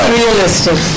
realistic